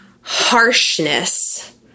harshness